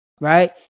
right